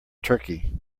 turkey